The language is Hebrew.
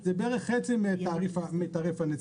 זה בערך חצי מתעריף הנסיעה.